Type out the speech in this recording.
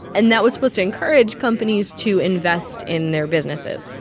and that was supposed to encourage companies to invest in their businesses